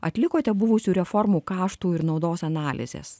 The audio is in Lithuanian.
atlikote buvusių reformų kaštų ir naudos analizes